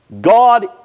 God